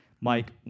Mike